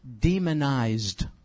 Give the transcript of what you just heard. demonized